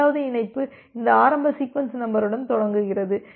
இரண்டாவது இணைப்பு இந்த ஆரம்ப சீக்வென்ஸ் நம்பருடன் தொடங்குகிறது